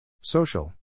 social